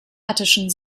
attischen